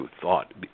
thought